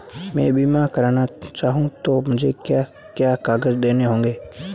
मैं बीमा करना चाहूं तो मुझे क्या क्या कागज़ देने होंगे?